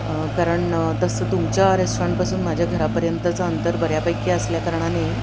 कारण तसं तुमच्या रेस्टॉरंटपासून माझ्या घरापर्यंतचं अंतर बऱ्यापैकी असल्या कारणाने